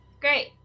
Great